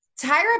Tyra